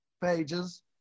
pages